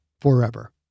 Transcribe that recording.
forever